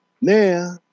Now